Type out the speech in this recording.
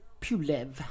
Pulev